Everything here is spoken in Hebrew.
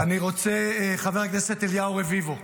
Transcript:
חבר הכנסת אליהו רביבו,